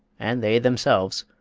and they themselves,